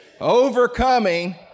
overcoming